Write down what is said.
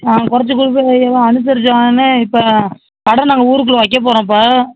ஆ குறைச்ச கொடுப்ப ஏதோ அனுசரித்து இப்போ கடை நாங்கள் ஊருக்குள்ளே வைக்கப் போகிறோம் இப்போ